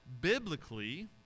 Biblically